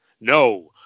No